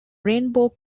rainbow